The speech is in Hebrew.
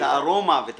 הארומה ואת